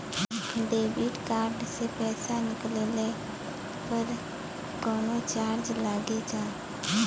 Debit card से पैसा निकलले पर कौनो चार्ज लागि का?